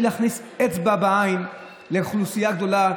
להכניס אצבע בעין לאוכלוסייה גדולה,